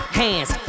hands